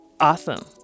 Awesome